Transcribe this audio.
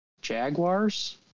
Jaguars